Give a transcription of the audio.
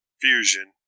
fusion